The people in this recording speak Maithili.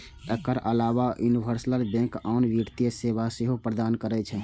एकर अलाव यूनिवर्सल बैंक आन वित्तीय सेवा सेहो प्रदान करै छै